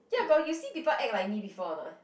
ya got you see people act like me before or not